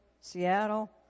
Seattle